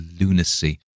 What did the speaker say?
lunacy